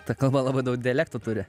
ta kalba labai daug dialektų turi